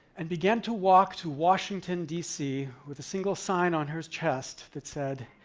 and began to walk to washington, d c. with a single sign on her chest that said,